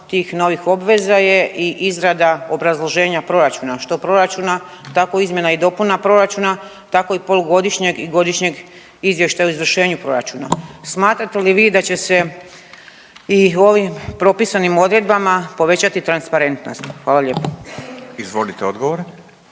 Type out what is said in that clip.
tih novih obveza je i izrada obrazloženja proračuna, što proračuna tako izmjena i dopuna proračuna tako i polugodišnjeg i godišnjeg izvještaja o izvršenju proračuna. Smatrate li vi da će se i ovim propisanim odredbama povećati transparentnost? Hvala lijepa. **Radin, Furio